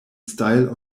style